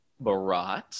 Barat